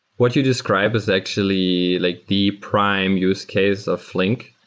what you describe is actually like the prime use case of flink.